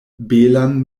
belan